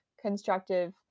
constructive